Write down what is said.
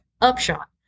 Upshot